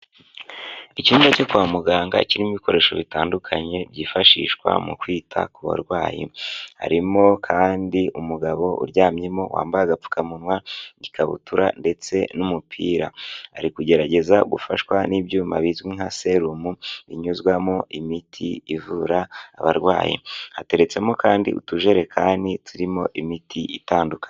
Icyumba cyo kwa muganga kirimo ibikoresho bitandukanye byifashishwa mu kwita ku barwayi, harimo kandi umugabo uryamyemo wambaye agapfukamunwa, ikabutura ndetse n'umupira, ari kugerageza gufashwa n'ibyuma bizwi nka serumu binyuzwamo imiti ivura abarwayi, hateretsemo kandi utujerekani turimo imiti itandukanye